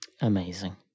Amazing